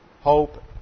hope